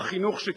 בחינוך שקיבלו.